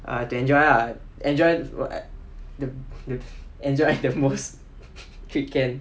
err to enjoy lah enjoy the the enjoy the most